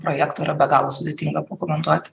projekto yra be galo sudėtinga pakomentuoti